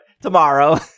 tomorrow